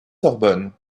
sorbonne